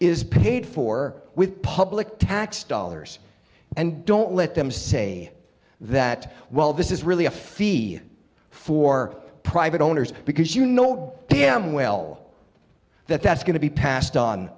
is paid for with public tax dollars and don't let them say that well this is really a fee for private owners because you know damn well that that's going to be passed on